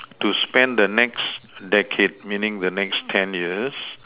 to spend the next decade meaning the next ten years